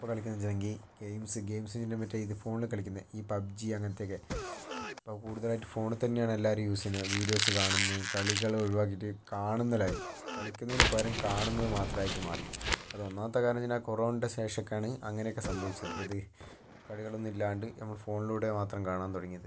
ഇപ്പം കളിക്കുന്നത് വെച്ചിട്ടുണ്ടെങ്കിൽ ഗെയിംസ് ഗെയിംസിൻ്റെ തന്നെ മറ്റേ ഇത് ഫോണിൽ കളിക്കുന്നത് ഈ പബ് ജി അങ്ങനത്തെയൊക്കെ ഇപ്പം കൂടുതലായിട്ട് ഫോണിൽ തന്നെയാണ് എല്ലാവരും യൂസ് ചെയ്യുന്നത് വീഡിയോസ് കാണുന്നത് കളികൾ ഒഴിവാക്കിയിട്ട് കാണുന്നതായി കളിക്കുന്നത് പകരം കാണുന്നത് മാത്രമായിട്ട് മാറി അത് ഒന്നാമത്തെ കാരണം ഞാനാ കൊറോണക്ക് ശേഷമൊക്കെയാണ് അങ്ങനെയൊക്കെ സംഭവിച്ചത് ഏത് കളികളൊന്നും ഇല്ലാണ്ട് നമ്മൾ ഫോണിലൂടെ മാത്രം കാണാൻ തുടങ്ങിയത്